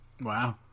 Wow